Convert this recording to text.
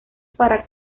para